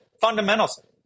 fundamentals